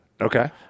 Okay